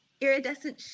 iridescent